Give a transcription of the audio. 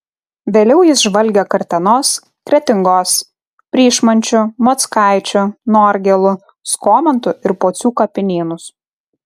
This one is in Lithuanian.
vėliau jis žvalgė kartenos kretingos pryšmančių mockaičių norgėlų skomantų ir pocių kapinynus